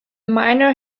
miner